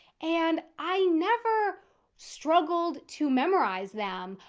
and i never struggled to memorize them,